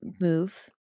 move